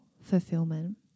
fulfillment